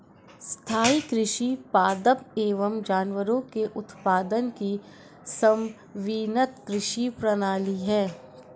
स्थाईं कृषि पादप एवं जानवरों के उत्पादन की समन्वित कृषि प्रणाली है